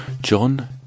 John